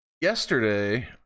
yesterday